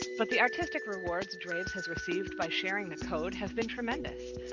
but the artistic rewards draves has received by sharing the code has been tremendous.